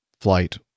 flight